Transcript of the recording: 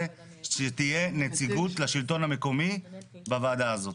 שתהיה נציגות לשלטון המקומי בוועדה הזאת.